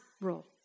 role